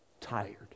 tired